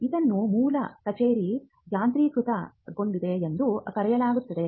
ಇದನ್ನು ಮೂಲ ಕಚೇರಿ ಯಾಂತ್ರೀಕೃತಗೊಂಡಿದೆ ಎಂದು ಕರೆಯಲಾಗುತ್ತದೆ